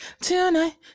tonight